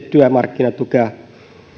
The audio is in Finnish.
työmarkkinatukea